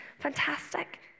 fantastic